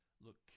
look